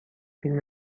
فیلم